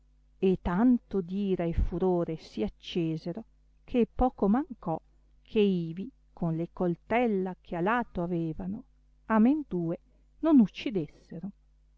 e tanto d ira e furore si accesero che poco mancò che ivi con le coltella che a lato avevano amendue non uccidessero